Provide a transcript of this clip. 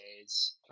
days